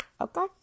okay